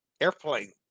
airplane